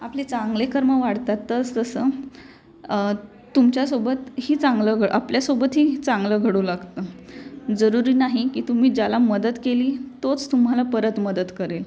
आपले चांगले कर्म वाढतात तसतसं तुमच्यासोबतही चांगलं आपल्यासोबतही चांगलं घडू लागतं जरुरी नाही की तुम्ही ज्याला मदत केली तोच तुम्हाला परत मदत करेल